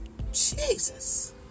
jesus